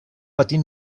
patir